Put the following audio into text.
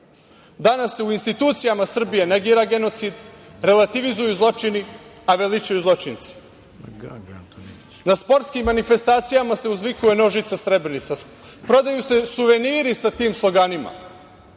se u institucijama Srbije negira genocid, relativizuju zločini, a veličaju zločinci. Na sportskim manifestacijama se uzvikuje „Nož, žica, Srebrenica“. Prodaju se suveniri sa tim sloganima